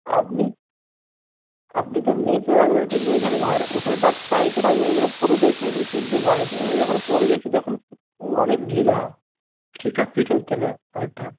আপনি আপনি তো মেপে রাখবেন কিন্তু এখানে ভা ওখানে তো আর ট্রাই করার যায়নি পরে দেখিনি কিন্তু বাড়িতে এনে যখন পরে দেখি তখন অনেক ঢিলা ঠিকঠাক ফিট হচ্ছে না শার্টটা